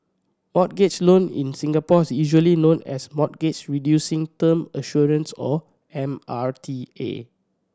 mortgage loan in Singapore is usually known as Mortgage Reducing Term Assurance or M R T A